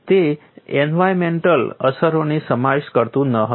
તે એન્વાયરનમેન્ટલ અસરોને સમાવિષ્ટ કરતું ન હતું